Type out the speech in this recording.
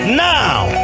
now